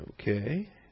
Okay